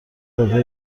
داده